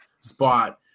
spot